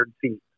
feet